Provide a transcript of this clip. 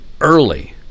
early